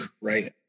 right